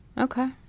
Okay